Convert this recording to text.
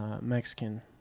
Mexican